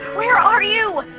where are you?